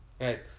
Right